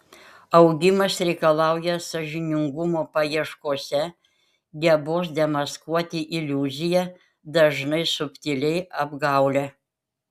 augimas reikalauja sąžiningumo paieškose gebos demaskuoti iliuziją dažnai subtiliai apgaulią